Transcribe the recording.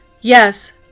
Yes